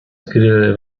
scrivere